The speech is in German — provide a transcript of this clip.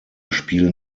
spielen